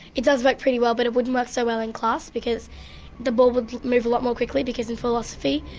it does work pretty well but it wouldn't work so well in class, because the ball would move a lot more quickly, because in philosophy,